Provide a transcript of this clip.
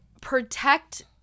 protect